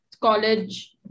college